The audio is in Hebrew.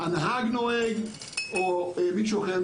הנהג או מישהו אחר,